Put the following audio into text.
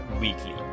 weekly